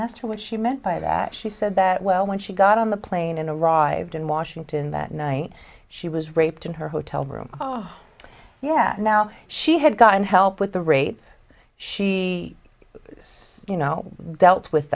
asked her what she meant by that she said that well when she got on the plane in a rived in washington that night she was raped in her hotel room oh yeah now she had gotten help with the rape she says you know dealt with